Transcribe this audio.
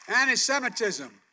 anti-Semitism